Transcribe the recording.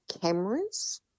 cameras